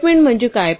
statement काय आहे